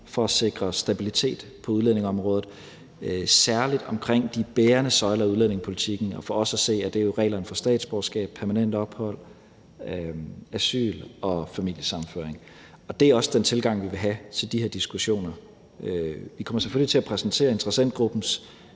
for at sikre stabilitet på udlændingeområdet, særlig omkring de bærende søjler i udlændingepolitikken, og for os at se er det reglerne for statsborgerskab, permanent ophold, asyl og familiesammenføring. Det er også den tilgang, vi vil have til de her diskussioner. Vi kommer selvfølgelig til at præsentere interessentgruppens